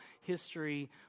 history